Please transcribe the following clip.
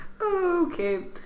Okay